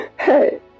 Hey